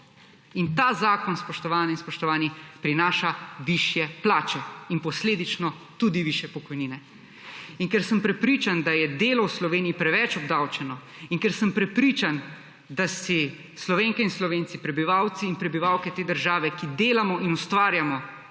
In ta zakon, spoštovane in spoštovani, prinaša višje plače in posledično tudi višje pokojnine. In ker sem prepričan, da je delo v Sloveniji preveč obdavčeno, in ker sem prepričan, da si Slovenke in Slovenci, prebivalke in prebivalci te države, ki delamo in ustvarjamo,